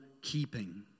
keeping